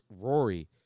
Rory